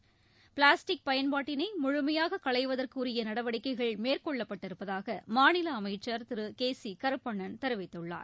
களைவதற்கு பிளாஸ்டிக் பயன்பாட்டனை முழுமையாக உரிய நடவடிக்கைகள் மேற்கொள்ளப்பட்டிருப்பதாக மாநில அமைச்சர் திரு கே சி கருப்பணன் தெரிவித்துள்ளார்